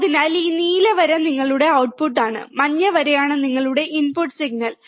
അതിനാൽ ഈ നീല വര നിങ്ങളുടെ ഔട്ട്പുട്ടാണ് മഞ്ഞ വരയാണ് നിങ്ങളുടെ ഇൻപുട്ട് സിഗ്നൽ